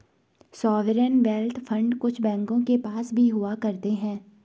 sovereign wealth fund कुछ बैंकों के पास भी हुआ करते हैं